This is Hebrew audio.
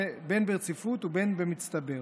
בין שברציפות ובין שבמצטבר.